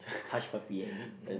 hush puppy eh is it you know